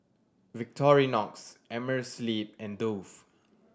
Victorinox Amerisleep and Dove